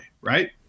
Right